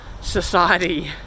society